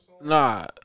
Nah